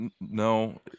no